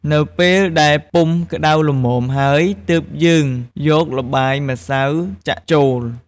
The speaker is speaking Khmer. នៅពេលដែលពុម្ពក្ដៅល្មមហើយ ទើបយើងយកល្បាយម្សៅចាក់ចូល។